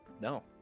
No